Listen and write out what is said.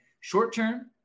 short-term –